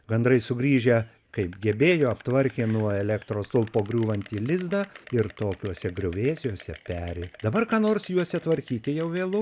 gandrai sugrįžę kaip gebėjo aptvarkė nuo elektros stulpo griūvantį lizdą ir tokiuose griuvėsiuose peri dabar ką nors juose tvarkyti jau vėlu